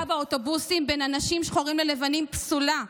באוטובוסים בין אנשים שחורים ללבנים פסולה.